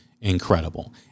incredible